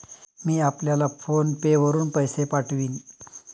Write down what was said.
मी आपल्याला फोन पे वरुन पैसे पाठवीन